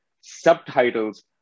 subtitles